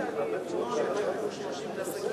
שני הצטיינות,